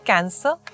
Cancer